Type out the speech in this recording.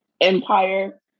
empire